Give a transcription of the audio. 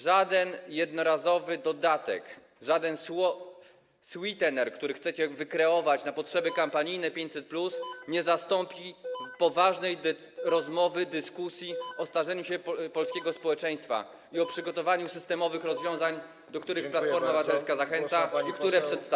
Żaden jednorazowy dodatek, żaden sweetener, który chcecie wykreować na potrzeby kampanijne, 500+, nie zastąpi poważnej rozmowy, dyskusji o starzeniu się polskiego społeczeństwa i o przygotowaniu systemowych rozwiązań, do których Platforma Obywatelska zachęca i które przedstawia.